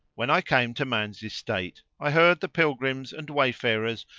when i came to man's estate i heard the pilgrims and wayfarers,